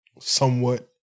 somewhat